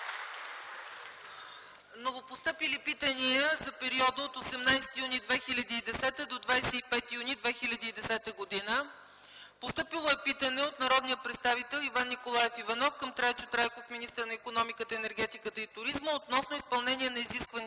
Новопостъпили питания за периода 18-25 юни 2010 г. Постъпило е питане от народния представител Иван Николаев Иванов към Трайчо Трайков – министър на икономиката, енергетиката и туризма, относно изпълнението на изискванията